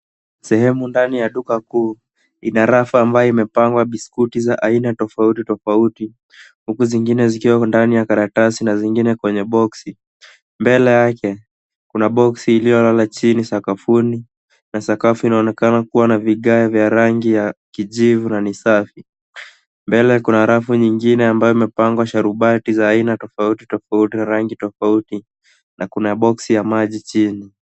Sehemu ndani ya duka kuu. Ina rafu ambayo imepangwa biskuti za aina tofauti tofauti huku zingine zikiwemo ndani ya karatasi na zingine kwenye boksi. Mbele yake kuna boksi iliyolala chini sakafuni na sakafu inaonekana kuwa na vigae vya rangi ya kijivu na ni safi. Mbele kuna rafu nyingine ambayo imepangwa sharubati za aina tofauti tofauti na rangi tofauti na kuna boksi ya maji chini.